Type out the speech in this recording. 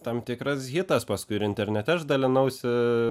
tam tikras hitas paskui ir internete aš dalinausi